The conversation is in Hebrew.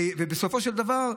ובסופו של דבר,